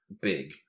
big